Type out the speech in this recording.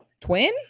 twin